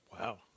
Wow